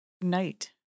night